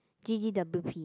G_G_W_P